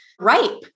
ripe